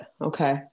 okay